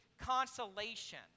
consolation